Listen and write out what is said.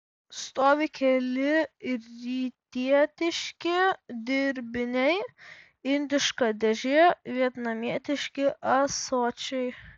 stovi keli rytietiški dirbiniai indiška dėžė vietnamietiški ąsočiai